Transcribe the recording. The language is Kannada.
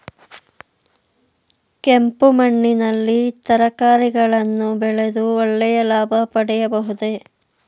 ಕೆಂಪು ಮಣ್ಣಿನಲ್ಲಿ ತರಕಾರಿಗಳನ್ನು ಬೆಳೆದು ಒಳ್ಳೆಯ ಲಾಭ ಪಡೆಯಬಹುದೇ?